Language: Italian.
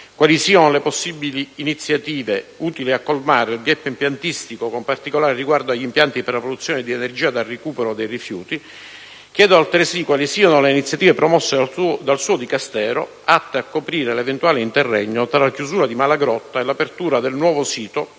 quali siano le possibili iniziative utili a colmare il *gap* impiantistico, con particolare riguardo agli impianti per la produzione di energia dal recupero dei rifiuti. Chiedo altresì quali siano le iniziative, promosse dal suo Dicastero, atte a coprire l'eventuale interregno tra la chiusura di Malagrotta e l'apertura del nuovo sito,